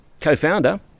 co-founder